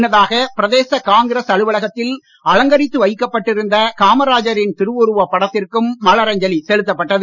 முன்னதாக பிரதேச காங்கிரஸ் அலுவலகத்தில் அலங்கரித்து வைக்கப்பட்டிருந்த காமராஜரின் திருவுருவப் படத்திற்கும் மலரஞ்சலி செலுத்தப்பட்டது